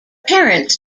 parents